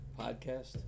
Podcast